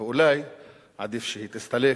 ואולי עדיף שהיא תסתלק